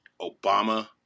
Obama